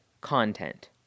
content